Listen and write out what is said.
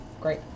great